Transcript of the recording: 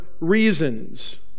reasons